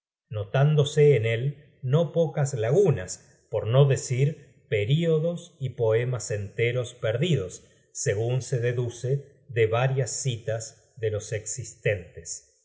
notándose en él no pocas lagunas por no decir períodos y poemas enteros perdidos segun se deduce de varias citas de los existentes